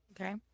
Okay